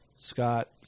Scott